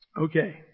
Okay